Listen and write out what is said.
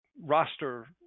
roster